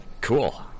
cool